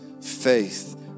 faith